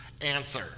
answer